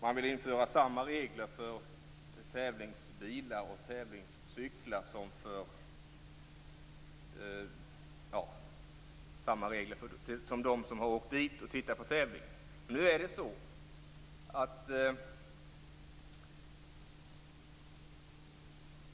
Man vill införa samma regler för tävlingsbilar och tävlingscyklar som för dem som har åkt dit för att titta på tävlingen.